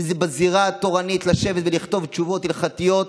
אם זה בזירה התורנית, לשבת ולכתוב תשובות הלכתיות,